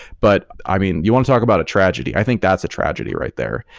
but i mean, you want to talk about a tragedy. i think that's a tragedy right there,